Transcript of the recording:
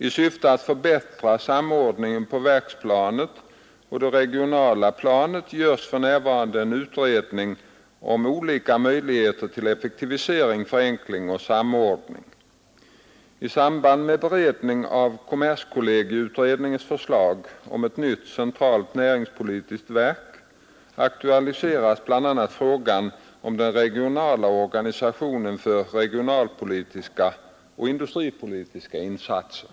I syfte att förbättra samordningen på verksplanet och det regionala planet görs för närvarande en utredning om olika möjligheter till effektivisering, förenkling och samordning. I samband med beredningen av kommerskollegieutredningens förslag om ett nytt centralt näringspolitiskt verk aktualiseras bl.a. frågan om den regionala organisationen för olika regionalpolitiska och industripolitiska insatser.